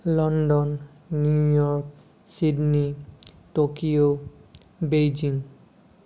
London New York Sydney Tokyo Beijing